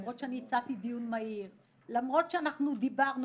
למרות שאני הצעתי דיון מהיר ולמרות שאנחנו דיברנו